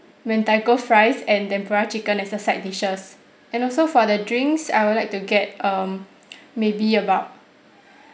mentaiko fries and tempura chicken as a side dishes and also for the drinks I would like to get um maybe about